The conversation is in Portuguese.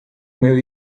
meu